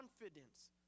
confidence